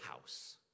house